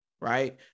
right